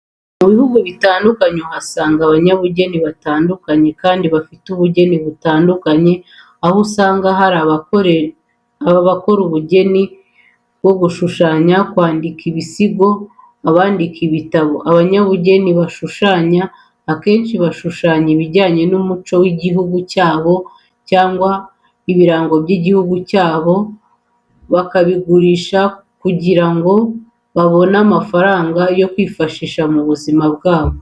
Mu bihugu bitandukanye uhasanga abanyabujyeni batandukakanye kandi bafite ubujyeni butandukanye aho usanga hari abakora ubujyeni bwo gushushanya, kwandika ibisigo, n'abandika ibitabo. Abanyabujyeni bashushanya akenci bashushanya ibijyanye n'umuco w'ijyihungu cyabo cyangwa ibiranga ijyihugu cyabo, bakabigurisha kujyira ngo babone amafaranga yo kwifashisha mu buzima bwabo